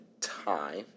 time